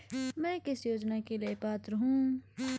मैं किस योजना के लिए पात्र हूँ?